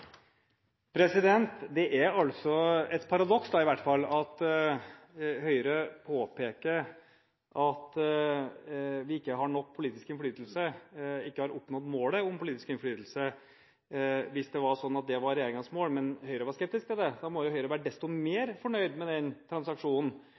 et paradoks at Høyre påpeker at vi ikke har nok politisk innflytelse og ikke har oppnådd målet om politisk innflytelse. Hvis det var slik at det var regjeringens mål, men Høyre var skeptisk til det, må jo Høyre være desto